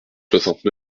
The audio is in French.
soixante